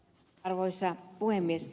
arvoisa puhemies